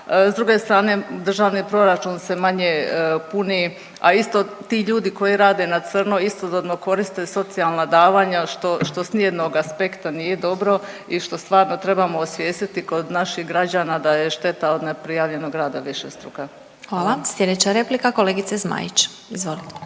s druge strane državni proračun se manje puni, a isto ti ljudi koji rade na crno istodobno koriste socijalna davanja što s nijednog aspekta nije dobro i što stvarno trebamo osvijestiti kod naših građana da je šteta od neprijavljenog rada višestruka. **Glasovac, Sabina (SDP)** Hvala. Sljedeća replika kolegica Zmaić. Izvolite.